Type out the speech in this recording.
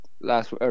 last